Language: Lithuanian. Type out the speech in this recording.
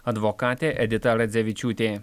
advokatė edita radzevičiūtė